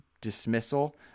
dismissal